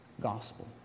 gospel